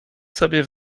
sobie